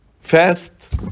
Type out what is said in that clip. Fast